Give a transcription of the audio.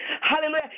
hallelujah